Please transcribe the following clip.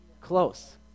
Close